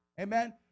Amen